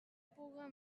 puga